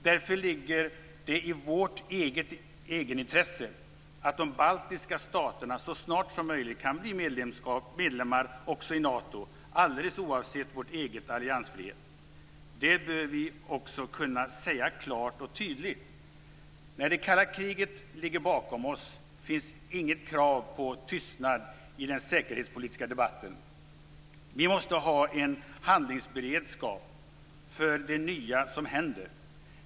Därför ligger det i vårt egenintresse att de baltiska staterna så snart som möjligt kan bli medlemmar också i Nato, alldeles oavsett vår egen alliansfrihet. Det bör vi också kunna säga klart och tydligt. När det kalla kriget ligger bakom oss finns inget krav på tystnad i den säkerhetspolitiska debatten. Vi måste ha en handlingsberedskap för det nya som händer.